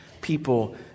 people